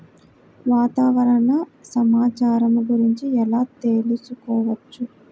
వాతావరణ సమాచారము గురించి ఎలా తెలుకుసుకోవచ్చు?